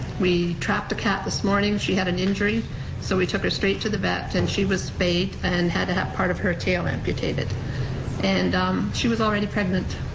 we trapped a cat this morning, she had an injury so we took her straight to the vet and she was spayed and had to have part of her tail amputated and um she was already pregnant.